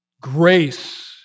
Grace